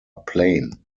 plain